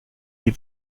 die